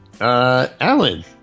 Alan